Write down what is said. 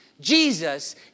Jesus